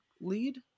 lead